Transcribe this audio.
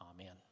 Amen